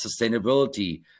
sustainability